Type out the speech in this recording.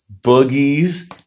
Boogie's